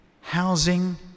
housing